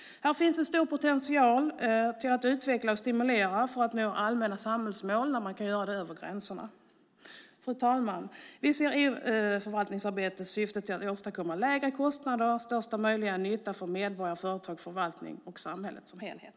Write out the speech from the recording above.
Här finns en stor potential till att utveckla och stimulera möjligheten att nå allmänna samhällsmål över gränserna. Fru talman! E-förvaltningsarbetets syfte är att åstadkomma lägre kostnader och största möjliga nytta för medborgarna och företagen, förvaltningen och samhället som helhet.